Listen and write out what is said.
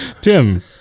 Tim